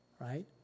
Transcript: right